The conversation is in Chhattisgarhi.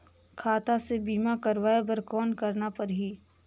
खाता से बीमा करवाय बर कौन करना परही?